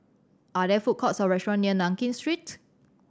are there food courts or restaurant near Nankin Street